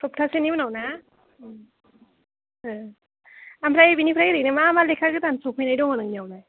सप्तासेनि उनाव ना ओमफ्राय बेनिफ्राय ओरैनो मा मा लेखा गोदान सौफैनाय दङ नोंनियावलाय